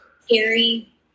scary